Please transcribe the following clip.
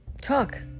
talk